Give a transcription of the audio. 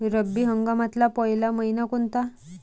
रब्बी हंगामातला पयला मइना कोनता?